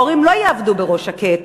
ההורים לא יעבדו בראש שקט,